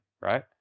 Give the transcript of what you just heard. right